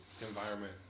environment